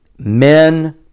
men